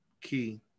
key